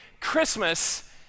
Christmas